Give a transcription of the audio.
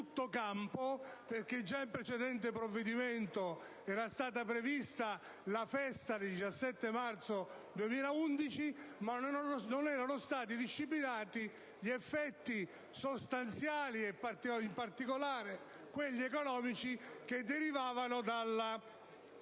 campo, perché già in un precedente provvedimento era stata prevista la festa del 17 marzo 2011, ma non erano stati disciplinati gli effetti sostanziali e, in particolare, quelli economici, che derivavano